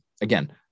again